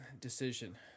decision